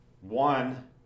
One